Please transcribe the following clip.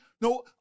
no